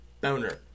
boner